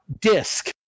disc